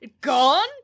gone